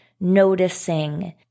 noticing